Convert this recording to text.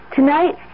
Tonight